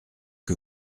que